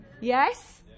Yes